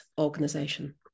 organization